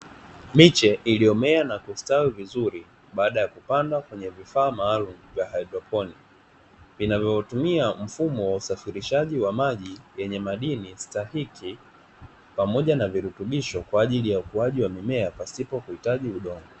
Miche iliyomea na kustawi vizuri baada ya kupandwa kwenye vifaa maalum vya haidroponi, vinavyotumia mfumo wa usafirishaji wa maji vyenye madini stahiki, pamoja na virutubisho kwa ajili ya ukuaji wa mimea pasipo kuhitaji udongo.